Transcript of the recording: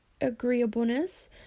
agreeableness